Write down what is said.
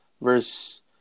verse